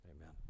amen